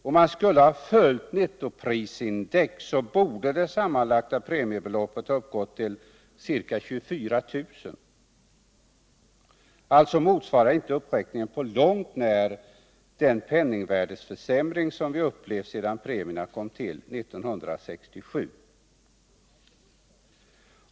Om man skulle ha följt nettoprisindex, hade det sammanlagda premicebeloppet uppgått till ca 24 000 kr. Alltså motsvarar inte uppräkningen på långt när den penningvärdeförsämring som vi upplevt sedan premierna kom till 1967.